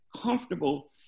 comfortable